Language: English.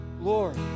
Lord